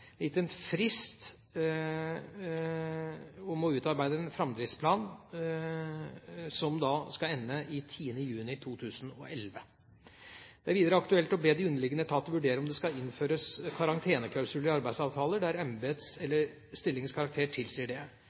en frist på å utarbeide en framdriftsplan, som da skal ende 10. juni 2011. Det er videre aktuelt å be de underliggende etater vurdere om det skal innføres karanteneklausuler i arbeidsavtaler der embetets eller stillingens karakter tilsier det.